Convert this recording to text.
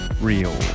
real